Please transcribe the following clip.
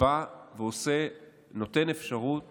חוק האיירסופט נותן אפשרות